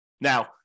Now